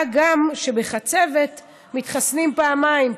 מה גם שבחצבת מתחסנים פעמיים,